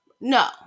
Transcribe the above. No